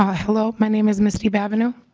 ah hello. my name is missy but avenue.